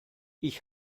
ich